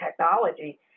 technology